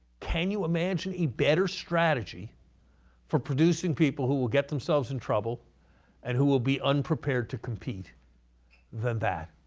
can you imagine a better strategy for producing people who will get themselves in trouble and who will be unprepared to compete than that?